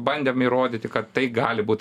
bandėm įrodyti kad tai gali būt